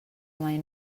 mai